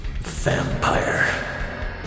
Vampire